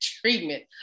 treatment